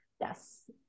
Yes